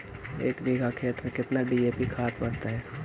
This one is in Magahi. एक बिघा खेत में केतना डी.ए.पी खाद पड़तै?